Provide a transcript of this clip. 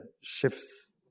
shifts